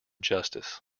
justice